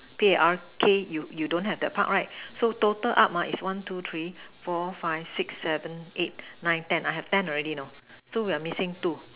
P_A_R_K you you don't have the Park right so total up mine is one two three four five six seven eight nine ten and I have ten already now so I'm missing two